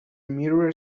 mirror